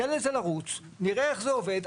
ניתן לזה לרוץ נראה איך זה עובד,